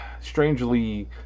strangely